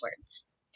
words